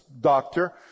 doctor